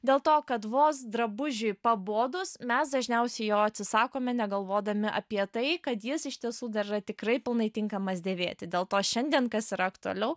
dėl to kad vos drabužiui pabodus mes dažniausiai jo atsisakome negalvodami apie tai kad jis iš tiesų dar yra tikrai pilnai tinkamas dėvėti dėl to šiandien kas yra aktualiau